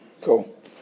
Cool